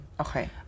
Okay